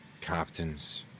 Captains